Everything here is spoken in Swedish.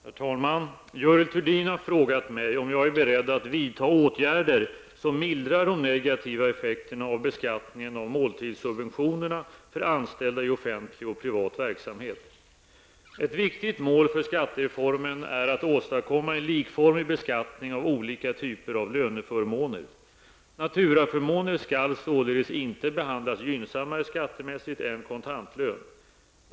Herr talman! Görel Thurdin har frågat mig om jag är beredd att vidta åtgärder som mildrar de negativa effekterna av beskattningen av måltidssubventionerna för anställda i offentlig och privat verksamhet. Ett viktigt mål för skattereformen är att åstadkomma en likformig beskattning av olika typer av löneförmåner. Naturaförmåner skall således inte behandlas gynnsammare skattemässigt än kontantlön.